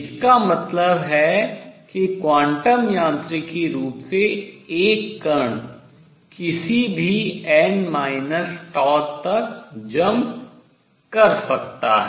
इसका मतलब है कि क्वांटम यांत्रिक रूप से एक कण किसी भी तक jump छलांग कर सकता है